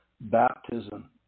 baptism